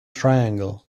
triangle